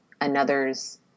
another's